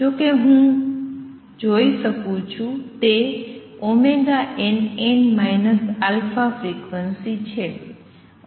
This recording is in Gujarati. જો કે હું જોઈ શકું છું તે nn α ફ્રીક્વન્સી છે